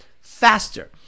faster